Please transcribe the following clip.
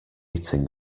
eating